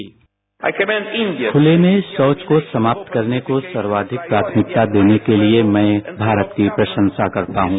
bite खुले में शौच को समाप्त करने को सर्वाधिक प्राथमिकता देने के लिए मैं भारत की प्रशंसा करता हूं